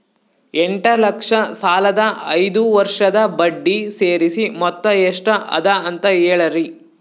ಎಂಟ ಲಕ್ಷ ಸಾಲದ ಐದು ವರ್ಷದ ಬಡ್ಡಿ ಸೇರಿಸಿ ಮೊತ್ತ ಎಷ್ಟ ಅದ ಅಂತ ಹೇಳರಿ?